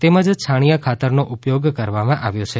તેમજ છાણિયા ખાતરનો ઉપયોગ કરવામાં આવ્યો છે